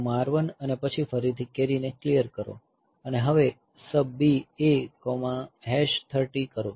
MOV AR1 અને પછી ફરીથી કેરી ને ક્લિયર કરો અને હવે SUBB A30 H કરો